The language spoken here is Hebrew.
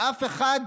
ואף אחד,